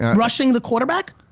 and rushing the quarterback?